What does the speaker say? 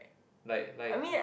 like like